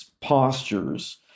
postures